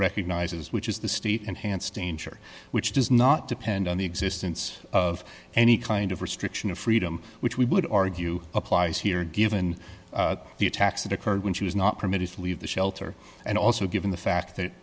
recognizes which is the state enhanced danger which does not depend on the existence of any kind of restriction of freedom which we would argue applies here given the attacks that occurred when she was not permitted to leave the shelter and also given the fact that